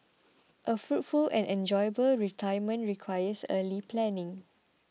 a fruitful and enjoyable retirement requires early planning